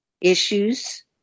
issues